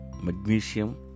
magnesium